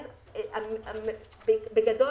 בגדול,